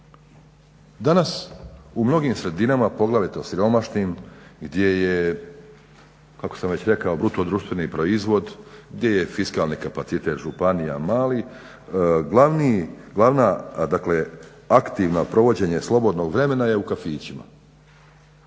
Danas u mnogim sredinama poglavito siromašnim gdje je kako sam već rekao bruto društveni proizvod, gdje je fiskalni kapacitet županija mali glavna, dakle aktivno provođenje slobodnog vremena je u kafićima.